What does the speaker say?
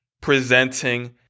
presenting